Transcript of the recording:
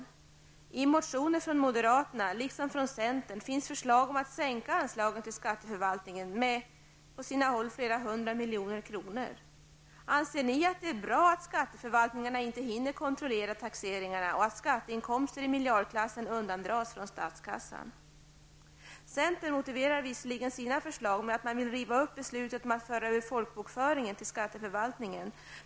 I motioner från moderaterna liksom centern finns förslag om att man skall sänka anslagen till skatteförvaltningen med, på sina håll, flera hundra miljoner kronor. Anser ni att det är bra att skatteförvaltningarna inte hinner kontrollera taxeringarna och att skatteinkomster i miljardklassen undandras statskassan? Centern motiverar visserligen sina förslag med att man vill riva upp beslutet om att föra över folkbokföringen till skatteförvaltningen.